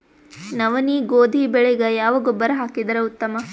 ನವನಿ, ಗೋಧಿ ಬೆಳಿಗ ಯಾವ ಗೊಬ್ಬರ ಹಾಕಿದರ ಉತ್ತಮ?